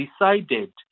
decided